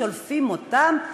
שולפים אותם,